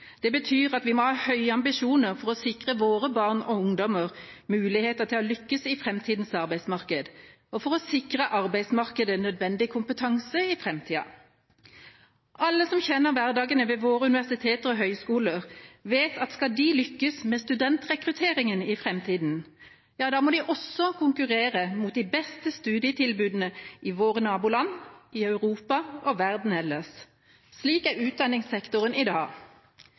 Det betyr at vi må ha høye ambisjoner for å sikre våre barn og ungdommer muligheter til å lykkes i framtidas arbeidsmarked, og for å sikre arbeidsmarkedet nødvendig kompetanse i framtida. Alle som kjenner hverdagene ved våre universiteter og høyskoler, vet at skal de lykkes med studentrekrutteringen i framtida, må de også konkurrere med de beste studietilbudene i våre naboland, i Europa og verden ellers. Slik er utdanningssektoren i dag.